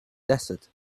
desert